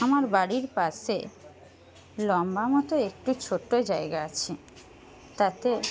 আমার বাড়ির পাশে লম্বা মতো একটি ছোট্ট জায়গা আছে তাতে